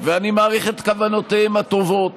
ואני מעריך את כוונותיהם הטובות,